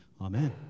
Amen